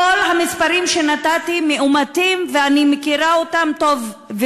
כל המספרים שנתתי מאומתים, ואני מכירה אותם טוב.